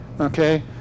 okay